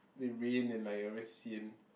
the rain then like you're always sian